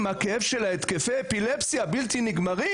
הכאב של התקפי האפילפסיה הבלתי-נגמרים,